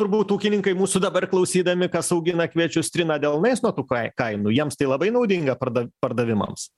turbūt ūkininkai mūsų dabar klausydami kas augina kviečius trina delnais nuo tų kai kainų jiems tai labai naudinga parda pardavimams